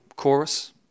chorus